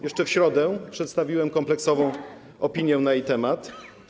Jeszcze w środę przedstawiłem kompleksową opinię na jej temat.